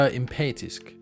empatisk